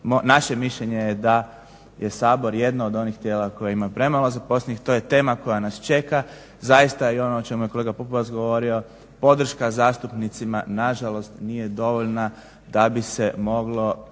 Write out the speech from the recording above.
naše mišljenje je da je Sabor jedno od onih tijela koje ima premalo zaposlenih. To je tema koja nas čeka, zaista i ono o čemu je kolega Pupovac govorio, podrška zastupnicima nažalost nije dovoljna da bi se moglo